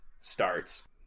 starts